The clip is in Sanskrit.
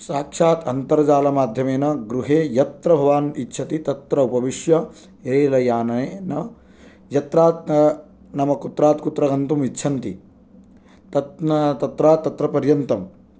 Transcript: साक्षात् अन्तर्जाल माध्यमेन गृहे यत्र भवान् इच्छति तत्र उपविश्य रेलयानेन यत्रात् नाम कुत्रात् कुत्र गन्तुम् इच्छन्ति तत्रात् तत्र पर्यन्तं